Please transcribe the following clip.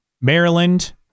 Maryland